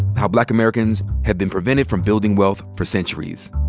how black americans have been prevented from building wealth for centuries.